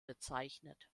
bezeichnet